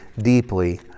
deeply